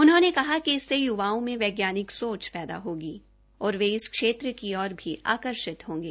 उन्होंने कहा कि इससे य्वाओं में वैज्ञानिक सोच पैदा होगी और वे इस क्षेत्र की ओर भी आकर्षित होंगे